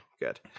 good